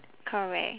correct